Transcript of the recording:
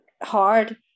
hard